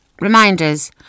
Reminders